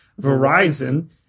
Verizon